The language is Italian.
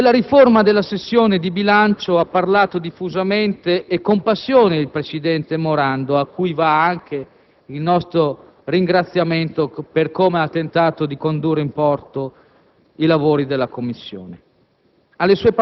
Della riforma della sessione di bilancio ha parlato diffusamente e con passione il presidente Morando, a cui va anche il nostro ringraziamento per come ha tentato di condurre in porto i lavori della Commissione.